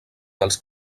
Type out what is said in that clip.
dels